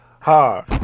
hard